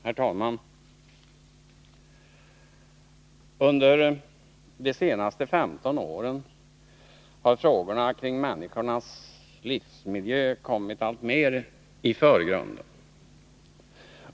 Herr talman! Under de senaste 15 åren har frågorna kring människans livsmiljö kommit alltmer i förgrunden.